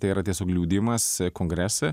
tai yra tiesiog liudijimas kongrese